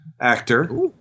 actor